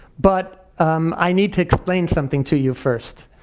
but i need to explain something to you first.